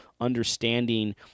understanding